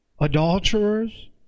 adulterers